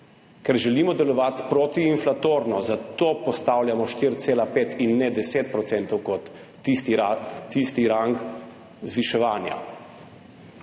ker želimo delovati protiinflatorno. Zato postavljamo 4,5 in ne 10 procentov kot tisti rang zviševanja.